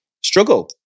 struggle